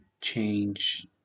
change